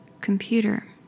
computer